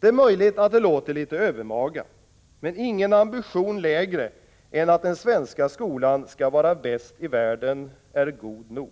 Det är möjligt att det låter litet övermaga, men ingen ambition lägre än att den svenska skolan skall vara bäst i världen är god nog.